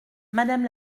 madame